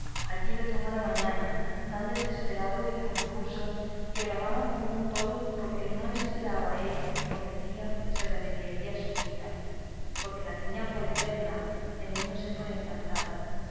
allí le tomó la mañana tan desesperado y confuso que bramaba como un toro porque no esperaba él que con el día se remediara su cuita porque la tenía por eterna teniéndose por encantado